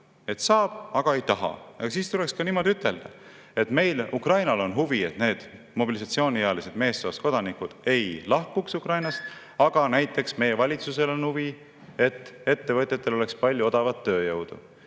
saab, aga ei taha? Aga siis tuleks seda ka ütelda, et Ukrainal on huvi, et need mobilisatsiooniealised meessoost kodanikud ei lahkuks Ukrainast, aga näiteks meie valitsusel on huvi, et ettevõtjatel oleks palju odavat tööjõudu.